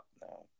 now